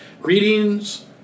greetings